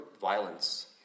violence